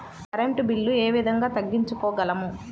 Current bill ఏ విధంగా తగ్గించుకోగలము?